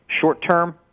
short-term